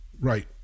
Right